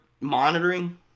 monitoring